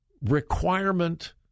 requirement